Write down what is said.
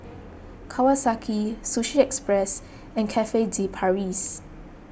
Kawasaki Sushi Express and Cafe De Paris